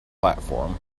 platform